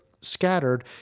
scattered